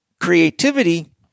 creativity